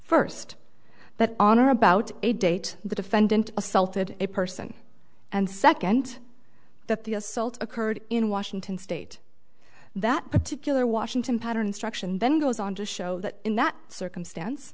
first that on or about a date the defendant assaulted a person and second that the assault occurred in washington state that particular washington pattern struction then goes on to show that in that circumstance